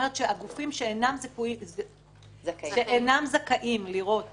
הגופים שאינם זכאים לראות